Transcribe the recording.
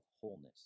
wholeness